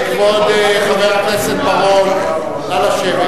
כבוד חבר הכנסת בר-און, נא לשבת.